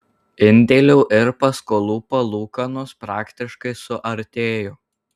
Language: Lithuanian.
indėlių ir paskolų palūkanos praktiškai suartėjo